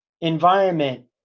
environment